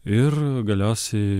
ir galiausiai